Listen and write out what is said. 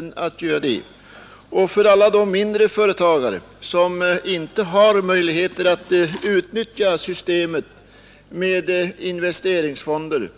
Genom kontometoden skulle man kunna hjälpa alla de mindre företagare som inte har möjlighet att utnyttja systemet med investeringsfonder